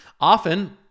often